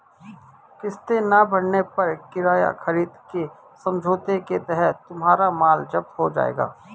किस्तें ना भरने पर किराया खरीद के समझौते के तहत तुम्हारा माल जप्त हो जाएगा